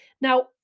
Now